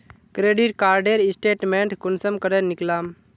Credit कार्डेर statement कुंसम करे निकलाम?